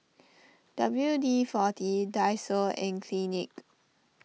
W D forty Daiso and Clinique